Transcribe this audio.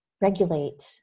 regulate